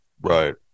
right